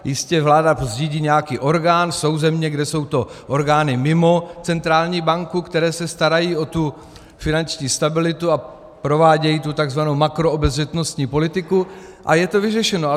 Jistě vláda zřídí nějaký orgán, jsou země, kde jsou to orgány mimo centrální banku, které se starají o finanční stabilitu a provádějí tu tzv. makroobezřetnostní politiku, a je to vyřešeno.